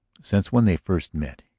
since, when they first met,